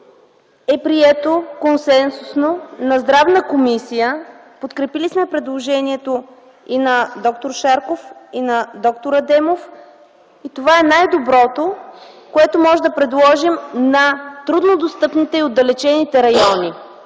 е прието консенсусно на Здравна комисия, подкрепили сме предложението и на д-р Шарков, и на д-р Адемов. Това е най-доброто, което можем да предложим на трудно достъпните и отдалечените райони.